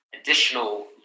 additional